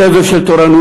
סבב של תורנויות,